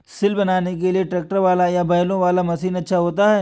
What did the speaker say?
सिल बनाने के लिए ट्रैक्टर वाला या बैलों वाला मशीन अच्छा होता है?